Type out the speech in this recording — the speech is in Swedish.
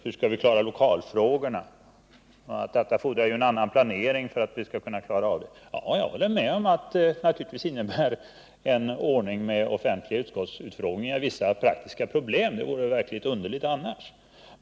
Man diskuterar också hur lokalfrågorna skall kunna lösas och pekar på att detta fordrar en annan planering. Jag håller med om att en ordning med offentliga utskottsutfrågningar naturligtvis innebär att vi får vissa praktiska problem. Det vore ju underligt annars.